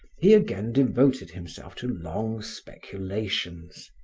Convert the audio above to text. he again devoted himself to long speculations.